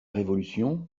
révolution